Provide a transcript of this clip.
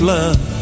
love